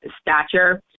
stature